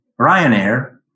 Ryanair